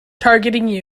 targeting